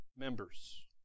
Members